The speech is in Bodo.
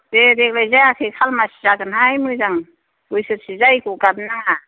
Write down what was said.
दे देग्लाय जायाखै खालमासि जागोन मोजां बोसोरसे जायिखौ गाबनाङा